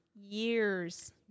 years